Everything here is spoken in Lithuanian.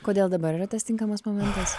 kodėl dabar yra tas tinkamas momentas